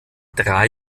drei